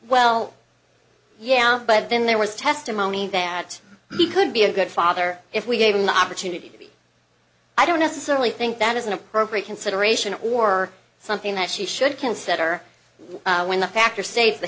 well yeah but i've been there was testimony that he could be a good father if we gave him the opportunity i don't necessarily think that is an appropriate consideration or something that she should consider when the fact or save the